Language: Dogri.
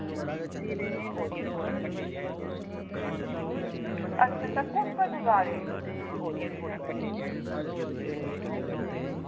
अच्छा अच्छा तुस कदूं जा दे